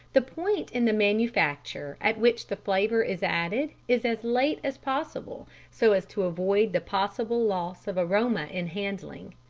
the point in the manufacture at which the flavour is added is as late as possible so as to avoid the possible loss of aroma in handling.